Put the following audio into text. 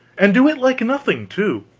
and do it like nothing, too